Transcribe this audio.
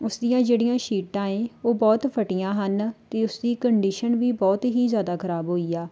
ਉਸਦੀਆਂ ਜਿਹੜੀਆਂ ਸੀਟਾਂ ਏ ਉਹ ਬਹੁਤ ਫਟੀਆਂ ਹਨ ਅਤੇ ਉਸਦੀ ਕੰਡੀਸ਼ਨ ਵੀ ਬਹੁਤ ਹੀ ਜ਼ਿਆਦਾ ਖਰਾਬ ਹੋਈ ਆ